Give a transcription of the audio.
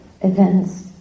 events